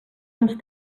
uns